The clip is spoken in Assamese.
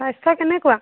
স্বাস্থ্য কেনেকুৱা